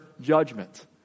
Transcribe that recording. judgment